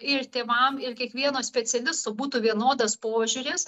ir tėvam ir kiekvieno specialisto būtų vienodas požiūris